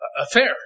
affair